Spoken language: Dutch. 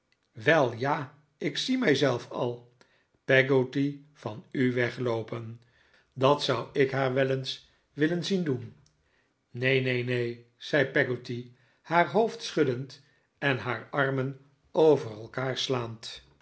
wel ja ik zie mijzelf al peggotty van u wegloopen dat zou ik haar wel eens willen zien doen neen neen neen zei peggotty haar hoofd schuddend en haar armen over elkaar slaand